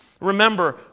Remember